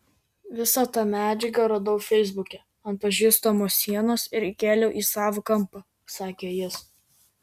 visą tą medžiagą radau feisbuke ant pažįstamo sienos ir įkėliau į savą kampą sakė jis